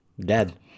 Dead